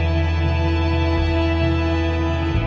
and